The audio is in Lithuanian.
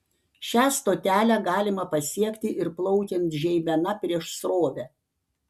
šią stotelę galima pasiekti ir plaukiant žeimena prieš srovę